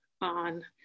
on